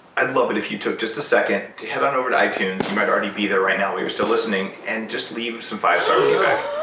i'd love it if you took just a second to head on over to itunes. you might already be there right now while you're still listening and just leave some five star feedback.